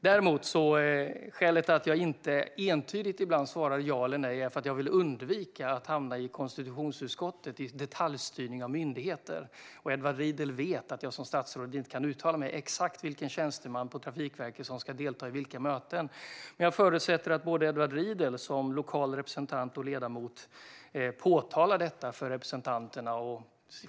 Skälet till att jag ibland inte entydigt svarar ja eller nej är att jag vill undvika att hamna i konstitutionsutskottet i frågor om detaljstyrning av myndigheter. Edward Riedl vet att jag som statsråd inte kan uttala mig exakt om vilken tjänsteman på Trafikverket som ska delta i vilka möten. Men jag förutsätter att Edward Riedl som lokal ledamot påpekar detta för representanterna.